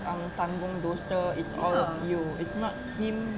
um tanggung dosa it's all you it's not him